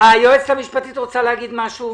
היועצת המשפטית רוצה לומר משהו.